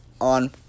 on